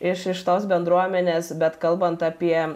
iš iš tos bendruomenės bet kalbant apie